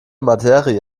materie